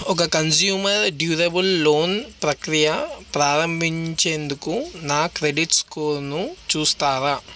ఒక consumer durable loan ప్రక్రియ ప్రారంభించేందుకు నా క్రెడిట్ స్కోరును చూస్తారా